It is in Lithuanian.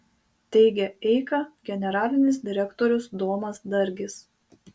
teigia eika generalinis direktorius domas dargis